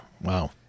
wow